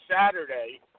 Saturday